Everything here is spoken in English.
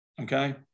okay